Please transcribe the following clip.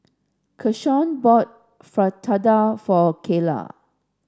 Keshaun bought Fritada for Cayla